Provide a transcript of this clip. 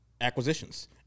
acquisitions